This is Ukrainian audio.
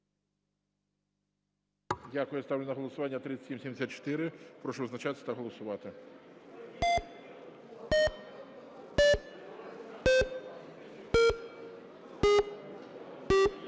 Дякую. Ставлю на голосування 3774. Прошу визначатись та голосувати.